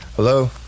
Hello